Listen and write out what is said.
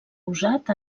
usat